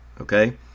okay